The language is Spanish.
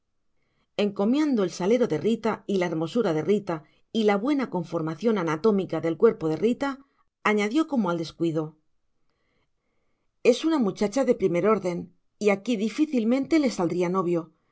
encomiando el salero de rita y la hermosura de rita y la buena conformación anatómica del cuerpo de rita añadió como al descuido es una muchacha de primer orden y aquí difícilmente le saldría novio